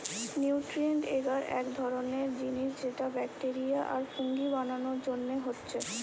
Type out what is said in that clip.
nutrient এগার এক ধরণের জিনিস যেটা ব্যাকটেরিয়া আর ফুঙ্গি বানানার জন্যে হচ্ছে